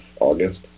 August